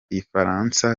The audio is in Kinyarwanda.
igifaransa